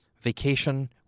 vacation